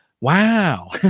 Wow